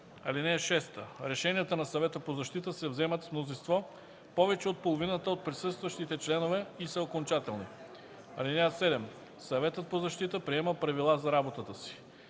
(6) Решенията на Съвета по защита се вземат с мнозинство повече от половината от присъстващите членове и са окончателни. (7) Съветът по защита приема правила за работата си.